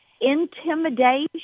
intimidation